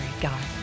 God